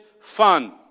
fun